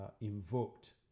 invoked